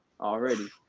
already